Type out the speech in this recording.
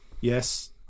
Yes